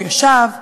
הוא ישב,